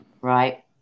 Right